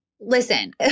listen